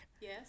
Yes